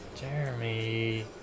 Jeremy